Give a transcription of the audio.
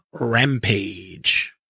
Rampage